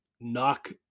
knock